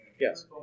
yes